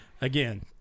Again